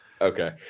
Okay